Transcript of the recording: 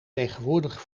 tegenwoordig